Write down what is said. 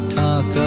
talk